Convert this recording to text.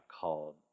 called